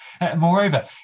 Moreover